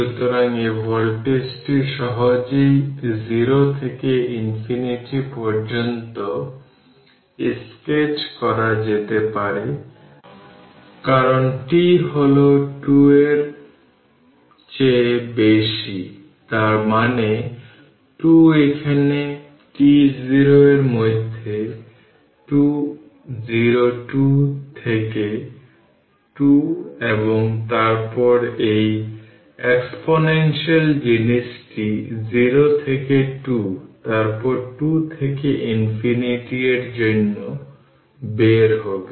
সুতরাং এই ভোল্টেজটি সহজেই 0 থেকে ইনফিনিটি পর্যন্ত স্কেচ করা যেতে পারে কারণ t হল 2 এর চেয়ে বেশি তার মানে 2 এখানে t0 এর মধ্যে 2 0 2 থেকে 2 এবং তারপর এই এক্সপোনেনশিয়াল জিনিসটি 0 থেকে 2 তারপর 2 থেকে ইনফিনিটি এর জন্য বের হবে